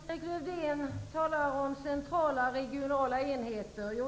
Fru talman! Lars-Erik Lövdén talar om centrala och regionala enheter.